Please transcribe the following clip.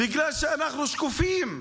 בגלל שאנחנו שקופים.